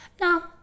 no